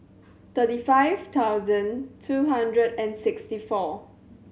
thirty five thousand two hundred and sixty four